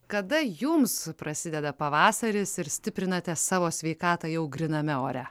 kada jums prasideda pavasaris ir stiprinate savo sveikatą jau gryname ore